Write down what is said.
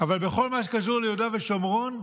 אבל בכל מה שקשור ליהודה ושומרון,